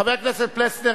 חבר הכנסת פלסנר,